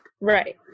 Right